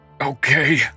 Okay